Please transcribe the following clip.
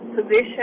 position